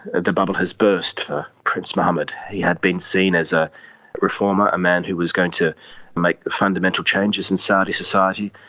the bubble has burst for prince mohammed. he had been seen as a reformer, a man who was going to make fundamental changes in saudi society,